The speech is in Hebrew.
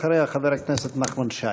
אחריה, חבר הכנסת נחמן שי.